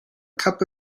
cup